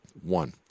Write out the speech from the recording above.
One